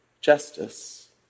justice